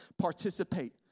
participate